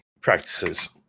practices